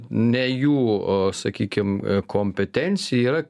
ne jų o sakykim kompetencija yra